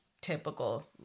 typical